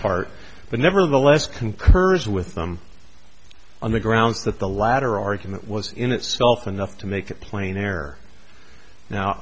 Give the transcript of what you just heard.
part but nevertheless concurs with them on the grounds that the latter argument was in itself enough to make it plain air now